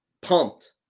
Pumped